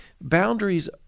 boundaries